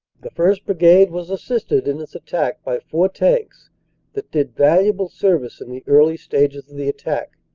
the first. brigade was assisted in its attack by four tanks that did valuable service in the early stages of the attack,